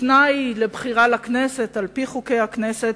תנאי לבחירה לכנסת על-פי חוקי הכנסת,